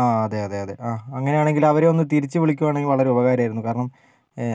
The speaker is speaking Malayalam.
ആ അതെയതെയതേ ആ അങ്ങനെയാണെങ്കിൽ അവരെയൊന്ന് തിരിച്ച് വിളിക്കുവാണെങ്കിൽ വളരെ ഉപകാരമായിരുന്നു കാരണം